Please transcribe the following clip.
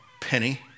penny